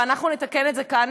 ואנחנו נתקן את זה כאן,